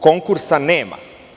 Konkursa nema.